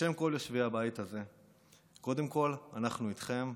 בשם כל יושבי הבית הזה, קודם כול, אנחנו איתכם,